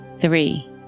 three